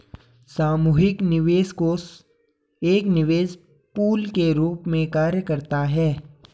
सामूहिक निवेश कोष एक निवेश पूल के रूप में कार्य करता है